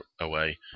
away